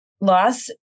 loss